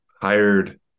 hired